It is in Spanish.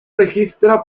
registra